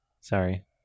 Sorry